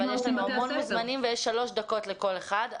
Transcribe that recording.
אבל יש לנו המון מוזמנים ויש 3 דקות לכל מוזמן.